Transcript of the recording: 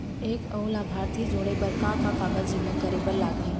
एक अऊ लाभार्थी जोड़े बर का का कागज जेमा करे बर लागही?